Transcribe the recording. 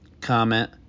Comment